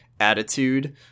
attitude